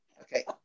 Okay